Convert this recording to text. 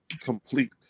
Complete